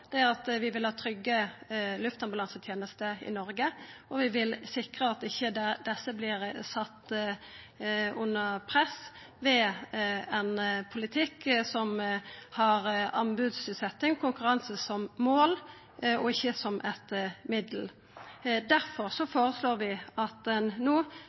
er at vi vil ha trygge luftambulansetenester i Noreg, og vi vil sikra at ikkje desse blir sette under press ved ein politikk som har anbodsutsetjing og konkurranse som mål og ikkje som eit middel. Difor føreslår vi at ein no